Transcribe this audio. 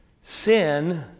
sin